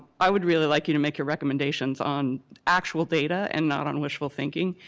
i would really like you to make recommendations on actual data and not on wishful thinking.